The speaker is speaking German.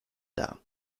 dar